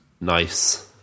Nice